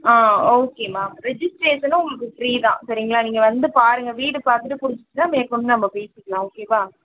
ஆ okay ma'am ரிஜிஸ்ட்ரேஷனும் உங்களுக்கு free தான் சரிங்களா நீங்கள் வந்து பாருங்க வீடு பார்த்துட்டு பிடிச்சுச்சினா மேற்கொண்டு நம்ம பேசிக்கலாம் ஓகேவா